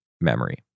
memory